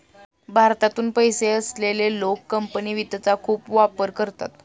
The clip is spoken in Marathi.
भारतातून पैसे असलेले लोक कंपनी वित्तचा खूप वापर करतात